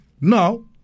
Now